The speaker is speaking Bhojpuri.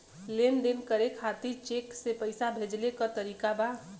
लेन देन करे खातिर चेंक से पैसा भेजेले क तरीकाका बा?